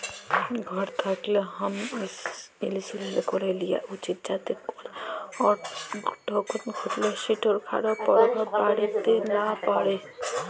ঘর থ্যাকলে হম ইলসুরেলস ক্যরে লিয়া উচিত যাতে কল অঘটল ঘটলে সেটর খারাপ পরভাব বাড়িতে লা প্যড়ে